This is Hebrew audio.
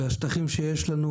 והשטחים שיש לנו,